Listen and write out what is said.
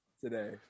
today